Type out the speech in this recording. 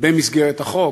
במסגרת החוק,